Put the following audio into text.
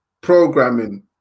programming